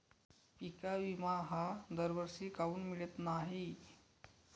पिका विमा हा दरवर्षी काऊन मिळत न्हाई?